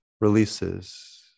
releases